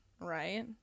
right